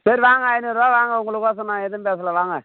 சரி வாங்க ஐந்நூறுபா வாங்க உங்களுக்கோசரம் நான் ஏதும் பேசலை வாங்க